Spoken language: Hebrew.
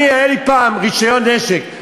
היה לי פעם רישיון נשק,